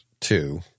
two